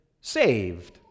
saved